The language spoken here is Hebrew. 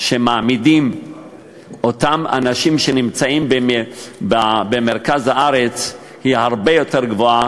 של אותם אנשים שנמצאים במרכז הארץ היא הרבה יותר טובה